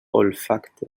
olfacte